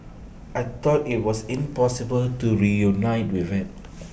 I thought IT was impossible to reunited with IT